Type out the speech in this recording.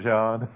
John